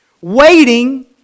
Waiting